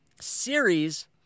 series